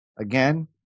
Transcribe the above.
again